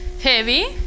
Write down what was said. heavy